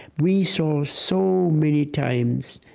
we saw so many times